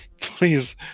Please